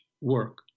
work